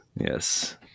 Yes